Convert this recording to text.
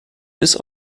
ist